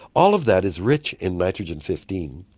all of that is rich in nitrogen fifteen.